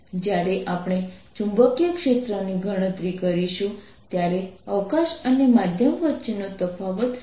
અને ક્ષેત્રના પ્રકાર વિદ્યુતક્ષેત્ર જેવા દેખાશે